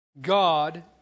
God